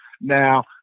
Now